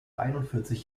einundvierzig